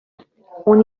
اون